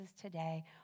today